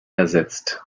ersetzt